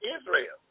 Israel